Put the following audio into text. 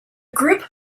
group